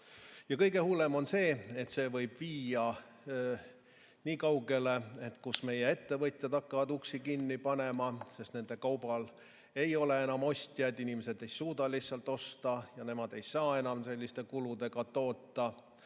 Kõige hullem on see, et see võib viia niikaugele, et meie ettevõtjad hakkavad uksi kinni panema, sest nende kaubal ei ole enam ostjaid, inimesed ei suuda lihtsalt osta ja nemad ei saa enam selliste kuludega toota.